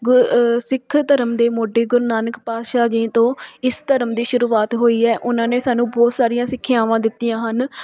ਗੁ ਸਿੱਖ ਧਰਮ ਦੇ ਮੋਢੀ ਗੁਰੂ ਨਾਨਕ ਪਾਤਸ਼ਾਹ ਜੀ ਤੋਂ ਇਸ ਧਰਮ ਦੀ ਸ਼ੁਰੂਆਤ ਹੋਈ ਹੈ ਉਹਨਾਂ ਨੇ ਸਾਨੂੰ ਬਹੁਤ ਸਾਰੀਆਂ ਸਿੱਖਿਆਵਾਂ ਦਿੱਤੀਆਂ ਹਨ